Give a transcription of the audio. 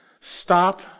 Stop